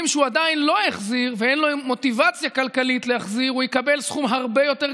ומי נפגע,